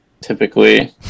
typically